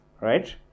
right